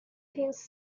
his